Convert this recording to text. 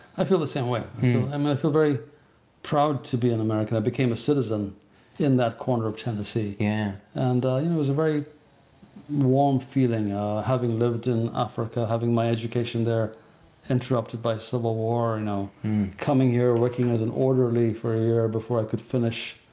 i feel the same way. um i feel very proud to be an american. i became a citizen in that corner of tennessee. yeah. and it was a very warm feeling having lived in africa, having my education there interrupted by civil war, now coming here, working as an orderly for a year before i could finish